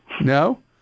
No